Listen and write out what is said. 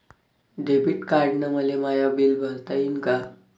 Debit कार्डानं मले माय बिल भरता येईन का?